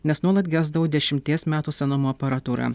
nes nuolat gesdavo dešimties metų senumo aparatūra